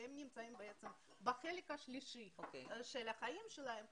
זאת אומרת שהם אישרו את הנכונות שלהם לקיים את